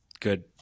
Good